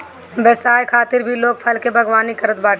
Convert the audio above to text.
व्यवसाय खातिर भी लोग फल के बागवानी करत बाटे